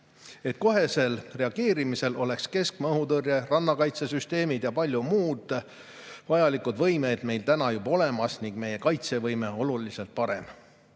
et kohesel reageerimisel oleks keskmaa õhutõrje, rannakaitsesüsteemid ja paljud muud vajalikud võimed meil praegu juba olemas ning meie kaitsevõime oluliselt parem. See